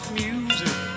music